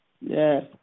yes